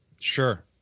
Sure